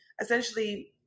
essentially